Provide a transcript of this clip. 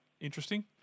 Interesting